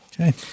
okay